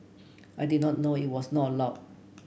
I did not know it was not allowed